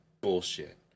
bullshit